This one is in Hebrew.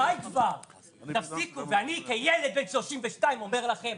די כבר, תפסיקו, אני כילד בן 32 אומר להם,